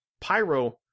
Pyro